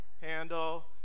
handle